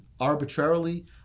arbitrarily